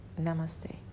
namaste